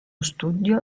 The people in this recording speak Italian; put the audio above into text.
studio